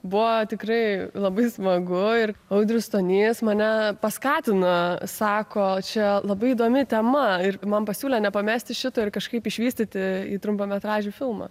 buvo tikrai labai smagu ir audrius stonys mane paskatino sako čia labai įdomi tema ir man pasiūlė nepamesti šito ir kažkaip išvystyti į trumpametražį filmą